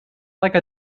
like